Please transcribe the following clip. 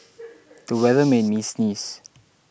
the weather made me sneeze